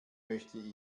möchte